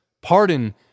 Pardon